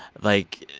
like.